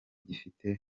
gifite